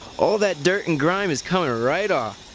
all that dirt and grime is coming right off.